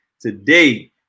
today